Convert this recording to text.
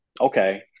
Okay